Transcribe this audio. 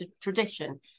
tradition